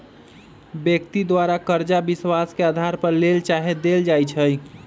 व्यक्ति द्वारा करजा विश्वास के अधार पर लेल चाहे देल जाइ छइ